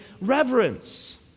reverence